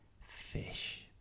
fish